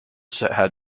had